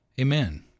Amen